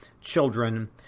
children